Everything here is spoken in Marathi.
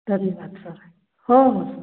धन्यवाद सर हो हो सर